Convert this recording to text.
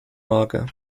mager